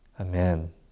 amen